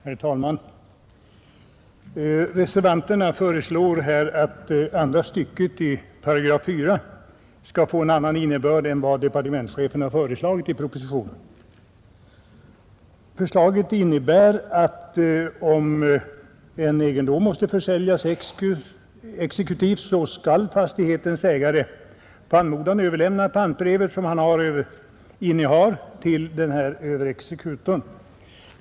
Herr talman! Reservanterna föreslår att andra stycket i paragraf 4 skall få en annan innebörd än vad departementschefen föreslår i propositionen. Lagförslaget innebär att om en egendom måste försäljas exekutivt, skall fastighetens ägare på anmodan till överexekutorn överlämna det pantbrev som han innehar.